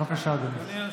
בבקשה, אדוני.